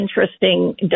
interesting